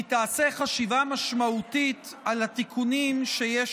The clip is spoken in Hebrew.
כי תיעשה חשיבה משמעותית על התיקונים שיש